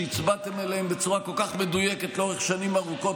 שהצבעתם עליהם בצורה כל כך מדויקת לאורך שנים ארוכות,